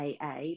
AA